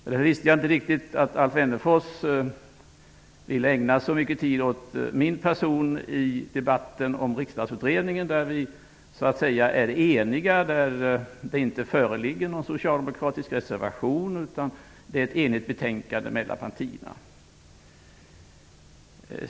Jag visste inte att Alf Wennerfors ville ägna så mycket tid åt min person i debatten om Riksdagsutredningen, där vi är eniga. Det föreligger inte någon socialdemokratisk reservation, utan det är fråga om ett enigt betänkande.